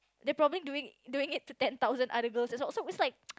they probably doing doing it to ten thousand other girls also so it's like